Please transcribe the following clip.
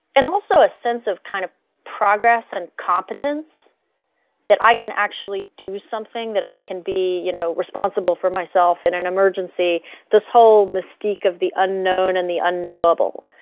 and also a sense of kind of progress and competence that i can actually do something that i can be you know responsible for myself in an emergency this whole mystique of the unknown and the unknowable.